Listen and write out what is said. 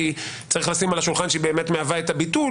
שצריך לשים על השולחן שהיא באמת מהווה את הביטול,